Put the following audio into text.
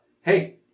Hey